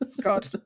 God